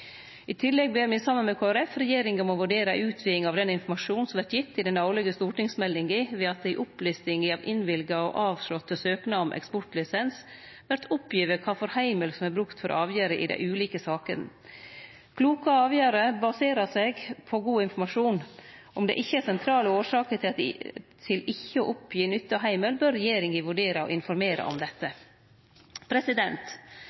I tillegg ber me, saman med Kristeleg Folkeparti, regjeringa om å vurdere ei utviding av den informasjon som vert gitt i den årlege stortingsmeldinga, ved at det i opplistinga av innvilga og avslåtte søknader om eksportlisens vert oppgitt kva for heimel som er brukt for avgjerda i dei ulike sakene. Kloke avgjersler baserer seg på god informasjon. Om det ikkje er sentrale årsaker til ikkje å oppgje nytta heimel, bør regjeringa vurdere å informere om dette.